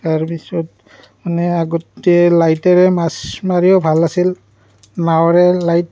তাৰপিছত মানে আগতে লাইটেৰে মাছ মাৰিও ভাল আছিল নাৱৰে লাইট